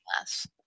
less